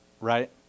right